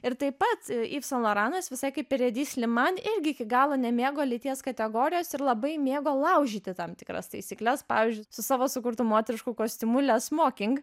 ir taip pat iv san loranas visai kaip ir edi sliman irgi iki galo nemėgo lyties kategorijos ir labai mėgo laužyti tam tikras taisykles pavyzdžiui su savo sukurtu moterišku kostiumu le smoking